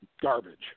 garbage